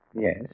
Yes